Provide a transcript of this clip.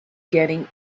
getting